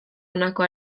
honako